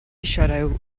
shadow